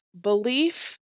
belief